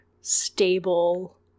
stable